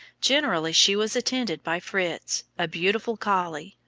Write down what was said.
generally she was attended by fritz, a beautiful collie,